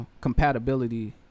compatibility